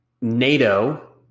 NATO